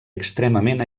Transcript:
extremament